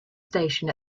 station